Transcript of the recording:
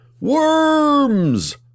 Worms